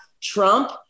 Trump